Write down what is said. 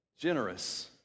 Generous